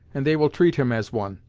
and they will treat him as one.